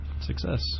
Success